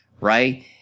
right